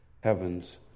heavens